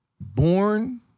born